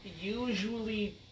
usually